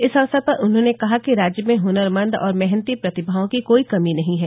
इस अवसर पर उन्होंने कहा कि राज्य में हुनरमंद और मेहनती प्रतिभाओं की कोई कमी नही है